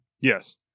Yes